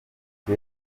ngo